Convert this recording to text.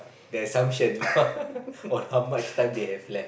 their assumption on how much time they have left